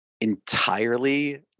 entirely